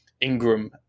Ingram